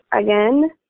again